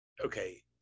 okay